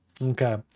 Okay